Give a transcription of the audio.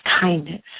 kindness